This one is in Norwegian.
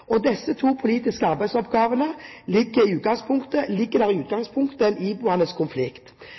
I disse to politiske arbeidsoppgavene ligger det i utgangspunktet en iboende konflikt.